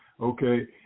Okay